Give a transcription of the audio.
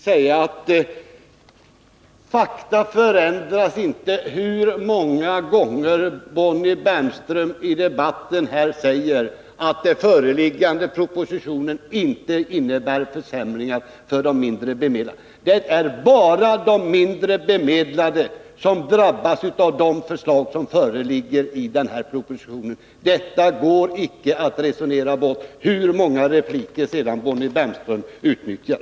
Herr talman! Fakta förändras inte hur många gånger Bonnie Bernström i debatten än säger att den föreliggande propositionen inte innebär försämringar för de mindre bemedlade. Men det är dessa som drabbas av förslaget i propositionen. Detta går inte att resonera bort hur många repliker Bonnie Bernström än utnyttjar.